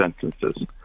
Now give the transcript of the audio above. sentences